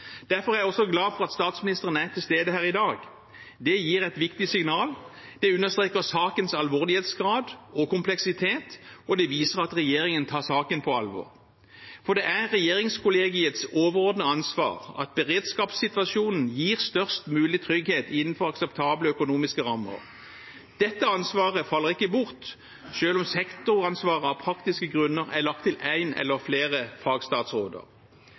Derfor er jeg også glad for at statsministeren er til stede her i dag. Det gir et viktig signal. Det understreker sakens alvorlighetsgrad og kompleksitet, og det viser at regjeringen tar saken på alvor. For det er regjeringskollegiets overordnede ansvar at beredskapssituasjonen gir størst mulig trygghet, innenfor akseptable økonomiske rammer. Dette ansvaret faller ikke bort selv om sektoransvaret av praktiske grunner er lagt til én eller flere fagstatsråder.